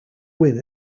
win